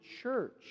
church